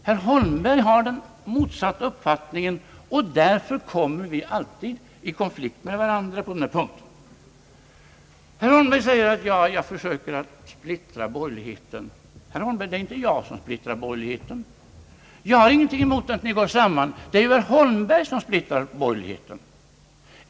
Herr Holmberg har den motsatta uppfattningen, och därför kommer vi alltid i konflikt med varandra på denna punkt. Herr Holmberg påstå att jag försöker att splittra borgerligheten. Men, herr Holmberg, det är inte jag som splittrar borgerligheten. Jag har ingenting emot att ni går samman. Det är ju herr Holmberg som splittrar borgerligheten.